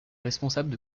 responsables